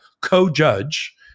co-judge